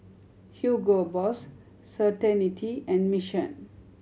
Hugo Boss Certainty and Mission